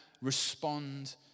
respond